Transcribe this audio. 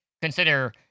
Consider